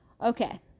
Okay